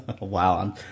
Wow